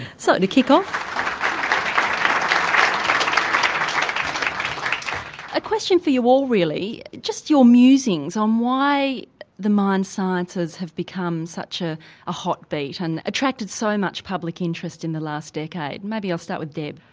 so to kick off, um a question for you all really, just your musings on why the mind sciences have become such ah a hot beat and attracted so much public interest in the last decade. maybe i'll start with deb.